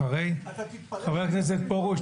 חבר הכנסת פרוש,